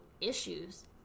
issues